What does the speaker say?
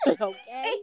Okay